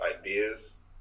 ideas